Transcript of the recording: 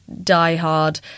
die-hard